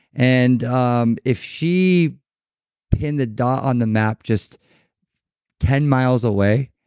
and um if she pinned the dot on the map just ten miles away,